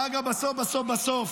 אגב, בסוף בסוף בסוף